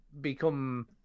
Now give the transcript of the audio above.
become